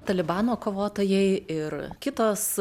talibano kovotojai ir kitos